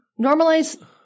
normalize